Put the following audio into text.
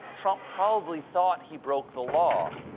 trump probably thought he broke the law,